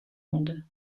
monde